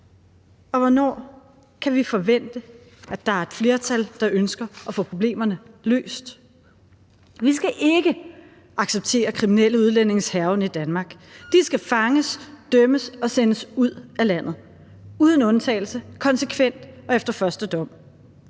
Og hvornår kan vi forvente at der er et flertal, der ønsker at få problemerne løst? Vi skal ikke acceptere kriminelle udlændinges hærgen i Danmark. De skal fanges, dømmes og sendes ud af landet – uden undtagelse, konsekvent og efter første dom.